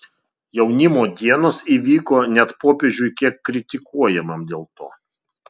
jaunimo dienos įvyko net popiežiui kiek kritikuojamam dėl to